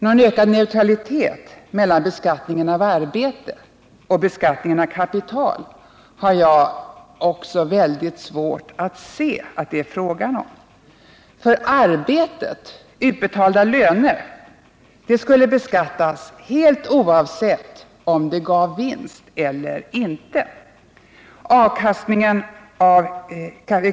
Jag har också mycket svårt att inse att det är fråga om någon ökad neutralitet mellan beskattningen av arbete och beskattningen av kapital. Arbetet, utbetalda löner, skulle beskattas oavsett om det gav vinst eller inte.